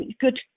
Good